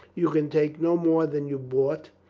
you can take no more than you brought.